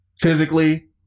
physically